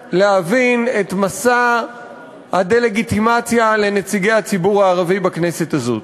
אפשר להבין את מסע הדה-לגיטימציה לנציגי הציבור הערבי בכנסת הזאת.